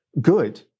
good